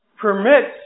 permits